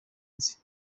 nzi